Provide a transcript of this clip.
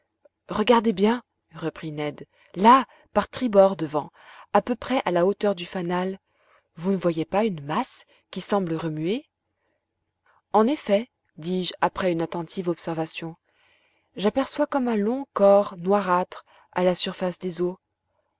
regardez bien reprit ned là par tribord devant à peu près à la hauteur du fanal vous ne voyez pas une masse qui semble remuer en effet dis-je après une attentive observation j'aperçois comme un long corps noirâtre à la surface des eaux